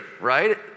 right